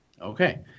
Okay